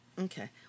Okay